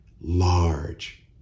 large